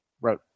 Right